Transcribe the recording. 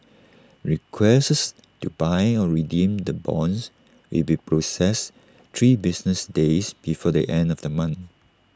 requests to buy or redeem the bonds will be processed three business days before the end of the month